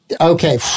Okay